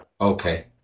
Okay